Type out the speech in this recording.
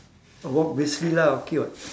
walk briskly lah okay [what]